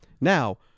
Now